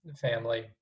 family